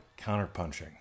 Counterpunching